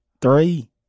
three